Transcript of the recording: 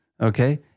Okay